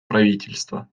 правительства